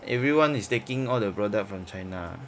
everyone is taking all the product from china